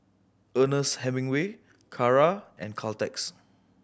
Ernest Hemingway Kara and Caltex